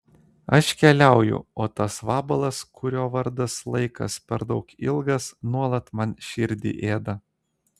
aš keliauju o tas vabalas kurio vardas laikas per daug ilgas nuolat man širdį ėda